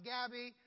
Gabby